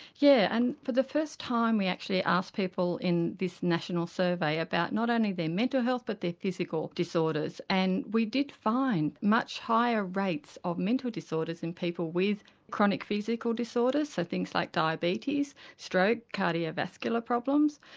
yeah, and for the first time we actually asked people in this national survey about not only their mental health but their physical disorders and we did find much higher rates of mental disorders in people with chronic physical disorders, so things like diabetes, stroke, cardiovascular problems.